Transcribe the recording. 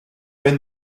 when